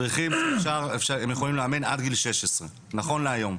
מדריכים יכולים לאמן עד גיל 16, נכון להיום.